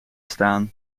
staan